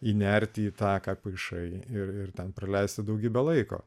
įnerti į taką paišai ir ir ten praleisti daugybę laiko